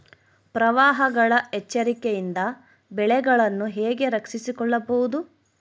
ಪ್ರವಾಹಗಳ ಎಚ್ಚರಿಕೆಯಿಂದ ಬೆಳೆಗಳನ್ನು ಹೇಗೆ ರಕ್ಷಿಸಿಕೊಳ್ಳಬಹುದು?